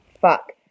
Fuck